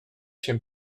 się